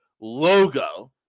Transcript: logo